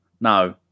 No